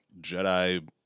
Jedi –